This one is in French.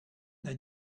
n’a